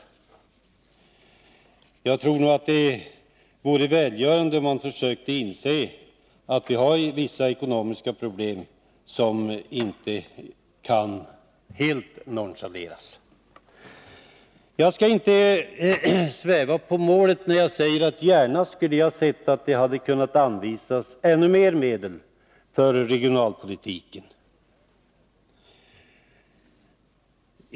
Det vore välgörande om vi försökte inse att vi har vissa ekonomiska problem som inte helt kan nonchaleras. Jag svävar inte på målet när jag säger att jag gärna hade sett att ännu mer medel hade kunnat anvisas för regionalpolitiken.